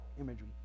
imagery